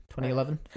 2011